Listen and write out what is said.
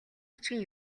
бичгийн